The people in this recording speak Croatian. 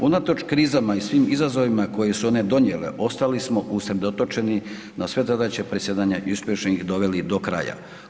Unatoč krizama i svim izazovima koje su one donijele ostali smo usredotočeni na sve zadaće predsjedanja i uspješno ih doveli do kraja.